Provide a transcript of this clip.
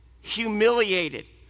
humiliated